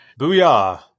Booyah